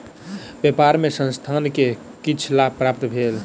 व्यापार मे संस्थान के किछ लाभ प्राप्त भेल